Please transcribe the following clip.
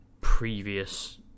previous